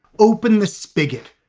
open the spigot.